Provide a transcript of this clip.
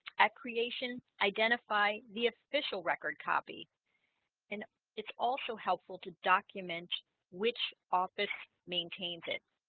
at creation identify the official record copy and it's also helpful to document which office maintains it